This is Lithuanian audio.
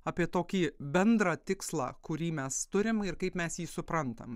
apie tokį bendrą tikslą kurį mes turim ir kaip mes jį suprantam